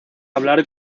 hablar